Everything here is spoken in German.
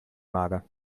mager